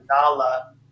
Nala